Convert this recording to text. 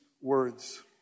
words